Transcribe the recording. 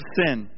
sin